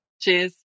Cheers